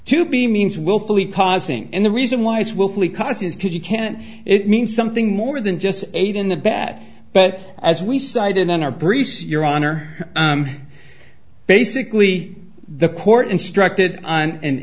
to be means willfully pausing and the reason why it's willfully causes could you can't it mean something more than just aid in the bat but as we cited on our priests your honor basically the court instructed and a